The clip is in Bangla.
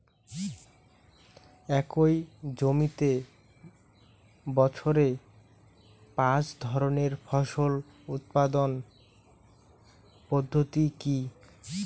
একই জমিতে বছরে পাঁচ ধরনের ফসল উৎপাদন পদ্ধতি কী?